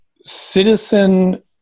citizen